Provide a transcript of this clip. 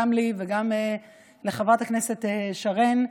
גם לי וגם לחברת הכנסת שרן,